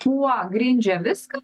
tuo grindžia viską